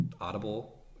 Audible